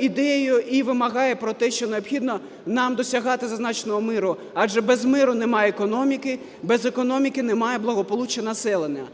ідеєю і вимагає про те, що необхідно нам досягати зазначеного миру, адже без миру немає економіки, без економіки немає благополуччя населення.